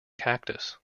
cactus